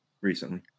recently